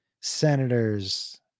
Senators